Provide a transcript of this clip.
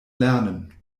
lernen